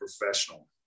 professional